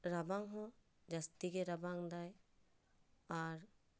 ᱨᱟᱵᱟᱝ ᱦᱚᱸ ᱡᱟᱹᱥᱛᱤ ᱜᱮ ᱨᱟᱵᱟᱝ ᱫᱟᱭ ᱟᱨ